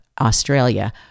Australia